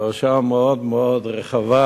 פרשה מאוד מאוד רחבה.